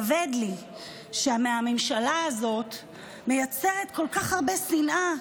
כבד לי שהממשלה הזאת מייצרת כל כך הרבה שנאה.